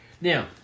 Now